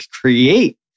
create